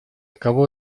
кого